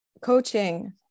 coaching